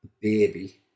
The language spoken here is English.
baby